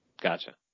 Gotcha